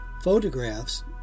Photographs